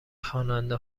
خواننده